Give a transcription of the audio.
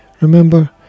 Remember